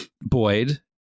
Boyd